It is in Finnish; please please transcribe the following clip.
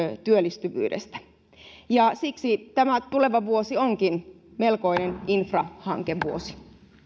työllistyvyydestä siksi tämä tuleva vuosi onkin melkoinen infrahankevuosi